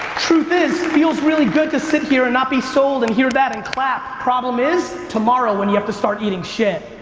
truth is, feels really good to sit here and not be sold and hear that and clap. problem is, tomorrow when you have to start eating shit.